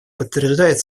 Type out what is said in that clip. подтверждает